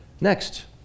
Next